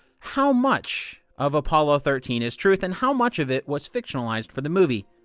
how much of apollo thirteen is truth and how much of it was fictionalized for the movie?